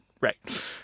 right